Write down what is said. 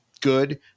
good